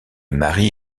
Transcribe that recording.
mari